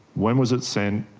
when was it sent,